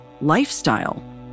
lifestyle